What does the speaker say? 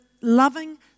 loving